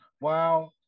wow